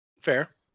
Fair